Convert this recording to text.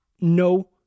No